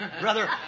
brother